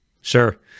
Sure